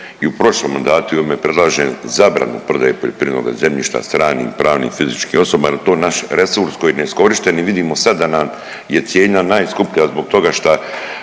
i u prošlom mandatu i ovome predlažem zabranu prodaje poljoprivrednoga zemljišta stranim pravnim i fizičkim osobama jer je to naš resurs koji je neiskorišten i vidimo sada na je cijenjena najskuplja zbog toga šta